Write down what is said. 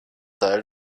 teil